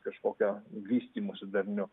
kažkokiu vystymosi darniu